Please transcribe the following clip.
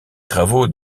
travaux